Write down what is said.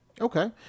Okay